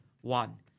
One